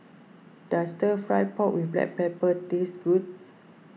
does Stir Fry Pork with Black Pepper taste good